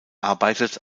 arbeitet